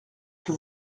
que